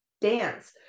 dance